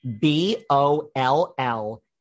B-O-L-L